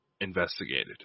investigated